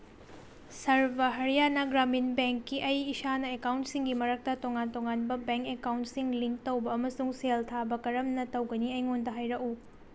ꯁꯔꯚ ꯍꯔꯌꯥꯅꯥ ꯒ꯭ꯔꯥꯃꯤꯟ ꯕꯦꯡꯀꯤ ꯑꯩ ꯏꯁꯥꯅ ꯑꯦꯀꯥꯎꯟꯁꯤꯡꯒꯤ ꯃꯔꯛꯇ ꯇꯣꯉꯥꯟ ꯇꯣꯉꯥꯟꯕ ꯕꯦꯡ ꯑꯦꯀꯥꯎꯟꯁꯤꯡ ꯂꯤꯡ ꯇꯧꯕ ꯑꯃꯁꯨꯡ ꯁꯦꯜ ꯊꯥꯕ ꯀꯔꯝꯅ ꯇꯧꯒꯅꯤ ꯑꯩꯉꯣꯟꯗ ꯍꯥꯏꯔꯛꯎ